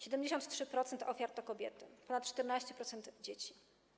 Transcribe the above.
73% ofiar to kobiety, ponad 14% - dzieci.